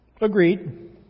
Agreed